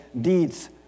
deeds